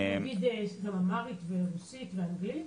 יש גם אמהרית ורוסית ואנגלית?